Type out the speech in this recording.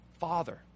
father